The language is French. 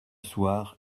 soir